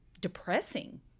depressing